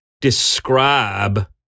describe